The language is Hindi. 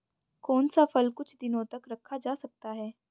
कौन सा फल कुछ दिनों तक रखा जा सकता है?